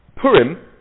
Purim